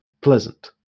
pleasant